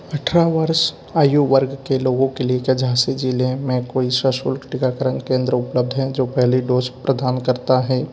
अट्ठारह वर्ष आयु वर्ग के लोगों के लिए क्या झाँसी जिले में कोई सशुल्क टीकाकरण केंद्र उपलब्ध है जो पहली डोज़ प्रदान करता है